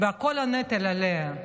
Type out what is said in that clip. וכל הנטל עליה.